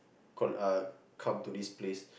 call uh come to this place